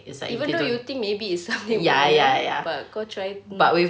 even though you think maybe it's something personal but kau try to